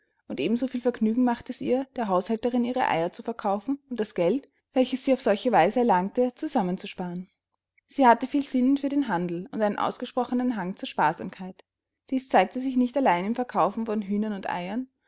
und ebensoviel vergnügen machte es ihr der haushälterin ihre eier zu verkaufen und das geld welches sie auf solche weise erlangte zusammen zu sparen sie hatte viel sinn für den handel und einen ausgesprochenen hang zur sparsamkeit dies zeigte sich nicht allein im verkaufen von hühnern und eiern